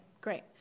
great